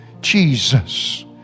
Jesus